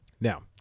now